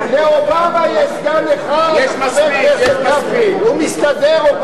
לאובמה יש סגן אחד והוא מסתדר.